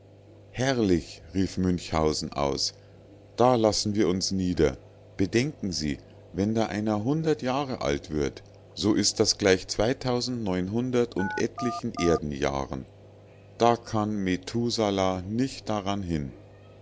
herrlich rief münchhausen aus da lassen wir uns nieder bedenken sie wenn da einer hundert jahre alt wird so ist das gleich und etlichen erdenjahren da kann methusalah nicht daran hin